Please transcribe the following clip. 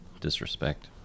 Disrespect